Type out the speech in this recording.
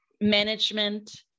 management